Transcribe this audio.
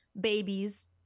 babies